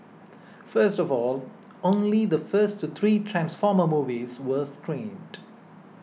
first of all only the first three Transformer movies were screened